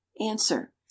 answer